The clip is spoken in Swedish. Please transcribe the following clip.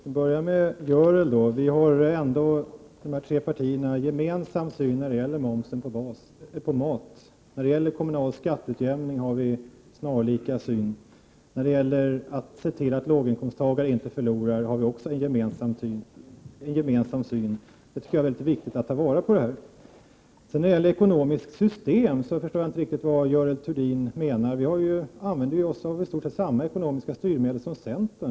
Herr talman! Jag börjar med Görel Thurdin. De tre partierna har ändå en gemensam syn när det gäller momsen på mat. När det gäller kommunal skatteutjämning har vi snarlika syn, och när det gäller att se till att låginkomsttagare inte förlorar har vi också en gemensam syn. Jag tycker att det är viktigt att ta vara på det här. När det gäller ekonomiskt system förstår jag inte riktigt vad Görel Thurdin menar. Vi använder i stort sett samma ekonomiska styrmedel som centern.